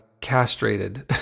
castrated